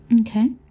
Okay